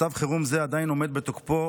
מצב חירום זה עדיין עומד בתוקפו.